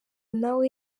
nawe